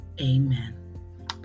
Amen